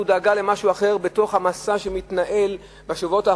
הוא דאגה למשהו אחר בתוך המסע שמתנהל בשבועות האחרונים,